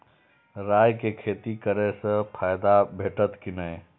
राय के खेती करे स फायदा भेटत की नै?